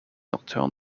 return